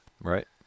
Right